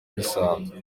bisanzwe